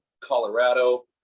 Colorado